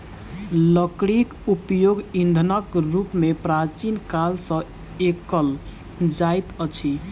लकड़ीक उपयोग ईंधनक रूप मे प्राचीन काल सॅ कएल जाइत अछि